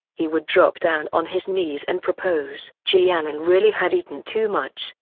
he would drop down on his knees and propose. ji yanran really had eaten too much,